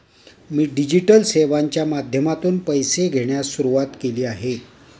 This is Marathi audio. मी डिजिटल सेवांच्या माध्यमातून पैसे घेण्यास सुरुवात केली आहे